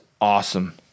awesome